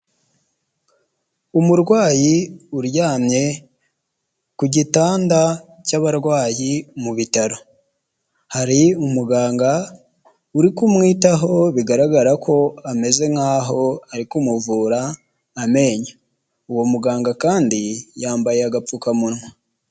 Umurwayi uryamye ku gitanda cy'abarwayi mu bitaro, hari umuganga uri kumwitaho bigaragara ko ameze nkaho ari kumuvura amenyo, uwo muganga kandi yambaye agapfukamunwa.